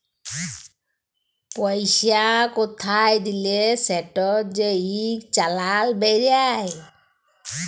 পইসা কোথায় দিলে সেটর যে ইক চালাল বেইরায়